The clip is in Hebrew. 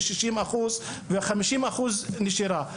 60% ו-50% נשירה.